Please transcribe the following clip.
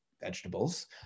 vegetables